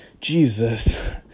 Jesus